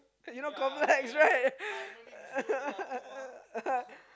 you know complex right